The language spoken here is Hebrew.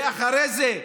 ואחרי זה,